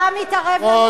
אתה מתערב לנו,